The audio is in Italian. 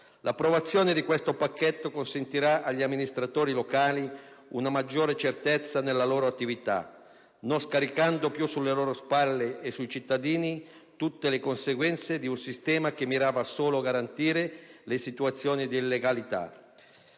L'approvazione di questo pacchetto consentirà agli amministratori locali una maggiore certezza nella loro attività, non scaricando più sulle loro spalle e sui cittadini tutte le conseguenze di un sistema che mirava solo a garantire le situazioni di illegalità: